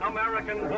American